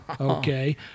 okay